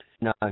No